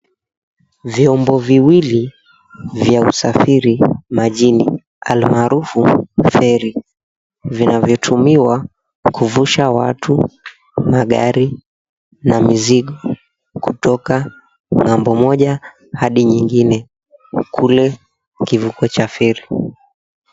Vyombo viwili vya usafiri majini almaarufu feri vinavyotumiwa kuvusha watu, magari, na mizigo kutoka ng'ambo moja hadi nyingine kule kivuko cha feri.